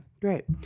great